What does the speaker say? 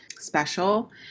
special